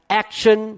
action